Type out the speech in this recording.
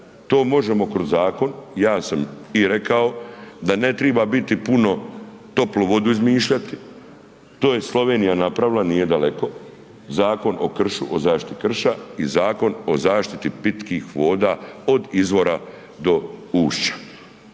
To možemo kroz zakon, ja sam i rekao da ne triba biti puno toplu vodu izmišljati, to je Slovenija napravila nije daleko, zakon o kršu, o zaštiti krša i zakon o zaštiti pitkih voda od izvora do ušća.